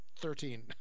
Thirteen